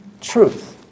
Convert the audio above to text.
truth